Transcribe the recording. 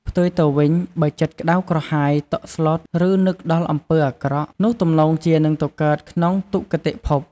ផ្ទុយទៅវិញ បើចិត្តក្តៅក្រហាយ តក់ស្លុត ឬនឹកដល់អំពើអាក្រក់ នោះទំនងជានឹងទៅកើតក្នុងទុគតិភព។